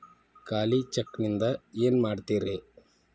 ಖಾಲಿ ಚೆಕ್ ನಿಂದ ಏನ ಮಾಡ್ತಿರೇ?